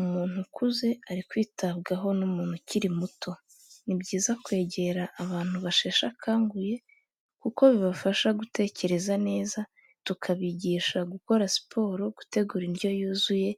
Umuntu ukuze ari kwitabwaho n'umuntu ukiri muto, ni byiza kwegera abantu basheshe akanguye kuko bibafasha gutekereza neza tukabigisha gukora siporo, gutegura indyo yuzuye